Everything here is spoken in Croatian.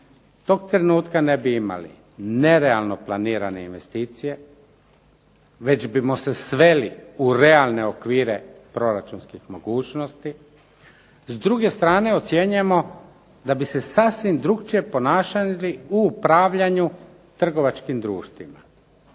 tog trenutka ne bi imali nerealno planirane investicije jer bismo se sveli u realne okvire proračunskih mogućnosti. S druge strane, ocjenjujemo da bi se sasvim drukčije ponašali u upravljanju trgovačkim društvima.